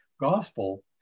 gospel